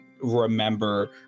remember